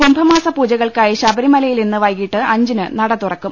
കുംഭമാസ പൂജകൾക്കായി ശബരിമലയിൽ ഇന്ന് വൈകിട്ട് അഞ്ചിന് നട തുറക്കും